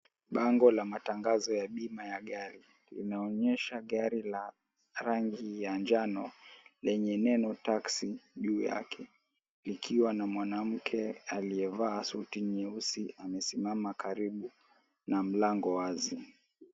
Bango la matangazo ya bima ya gari, inaonesha gari la rangi ya njano lenye neno taksi juu yake, likiwa na mwanamke aliyevaa suti nyeusi amesimama karibu na mlango wazi.